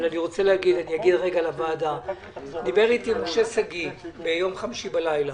דיבר איתי משה שגיא ביום חמישי בלילה.